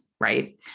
right